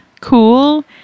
cool